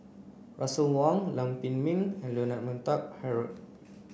Russel Wong Lam Pin Min and Leonard Montague Harrod